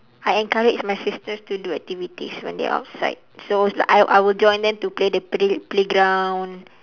I encourage my sisters to do activities when they outside so it's like I I will join them to play the play playground